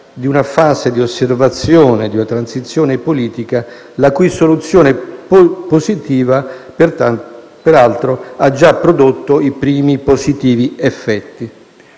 di una fase di osservazione di una transizione politica, la cui soluzione positiva peraltro ha già prodotto i primi positivi effetti.